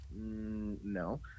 No